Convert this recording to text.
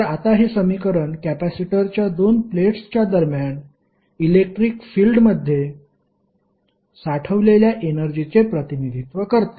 तर आता हे समीकरण कॅपेसिटरच्या दोन प्लेट्सच्या दरम्यान इलेक्ट्रिक फिल्डमध्ये साठवलेल्या एनर्जीचे प्रतिनिधित्व करते